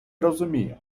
розумію